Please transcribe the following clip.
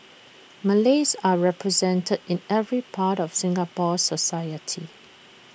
Malays are represented in every part of Singapore society